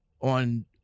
on